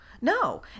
no